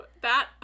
That-